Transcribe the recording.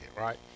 right